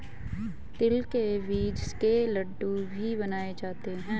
तिल के बीज के लड्डू भी बनाए जाते हैं